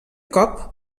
cop